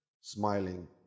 smiling